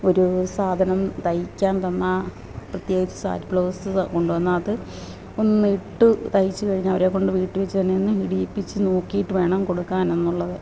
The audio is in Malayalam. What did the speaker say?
ഒരു സാധനം തയ്ക്കാന് തന്നാല് പ്രത്യേകിച്ച് സാരി ബ്ലൗസ് കൊണ്ടുവന്നാല് അത് ഒന്നിട്ടു തയിച്ചു കഴിഞ്ഞാല് അവരേക്കൊണ്ട് വീട്ടില് വെച്ചു തന്നെയൊന്ന് ഇടീപ്പിച്ചു നോക്കിയിട്ടു വേണം കൊടുക്കാനെന്നുള്ളത്